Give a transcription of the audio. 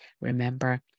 remember